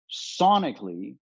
sonically